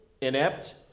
inept